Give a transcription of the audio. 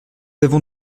avons